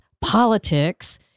politics